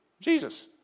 Jesus